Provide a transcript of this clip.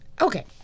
Okay